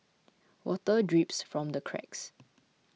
water drips from the cracks